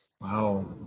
Wow